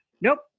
nope